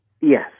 Yes